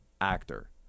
actor